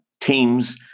teams